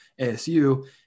ASU